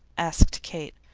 asked kate,